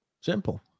simple